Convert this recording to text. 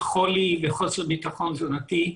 חולי וחוסר ביטחון תזונתי.